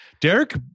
Derek